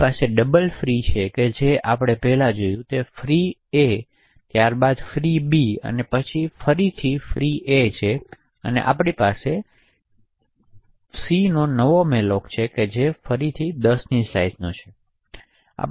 આપણી પાસે double free છે જેવું આપણે પહેલાં જોયું છે તે ફ્રી a છે ત્યારબાદ ફ્રી બી અને ત્યારબાદ ફ્રી એ છે અને પછી આપણી પાસે સી બરાબર મેલોક ૧૦ છે